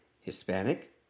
Hispanic